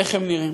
איך הם נראים.